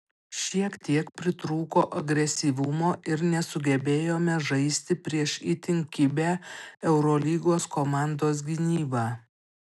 šiek tiek pritrūko agresyvumo ir nesugebėjome žaisti prieš itin kibią eurolygos komandos gynybą